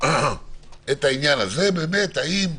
את העניין הזה, האם,